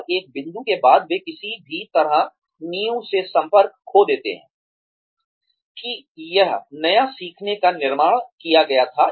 और एक बिंदु के बाद वे किसी भी तरह नींव से संपर्क खो देते हैं कि यह नया सीखने का निर्माण किया गया था